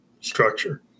structure